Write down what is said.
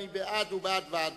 מי שמצביע בעד, הוא בעד ועדה.